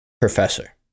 professor